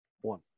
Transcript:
One